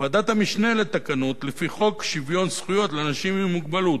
ועדת המשנה לתקנות לפי חוק שוויון זכויות לאנשים עם מוגבלות